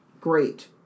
Great